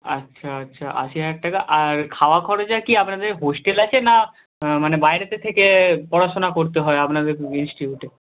আচ্ছা আচ্ছা আশি হাজার টাকা আর খাওয়া খরচা কি আপনাদের হোস্টেল আছে না মানে বাইরেতে থেকে পড়াশোনা করতে হয় আপনাদের ইনস্টিটিউটে